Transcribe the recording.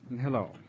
Hello